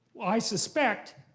i suspect,